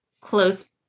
close